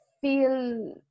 feel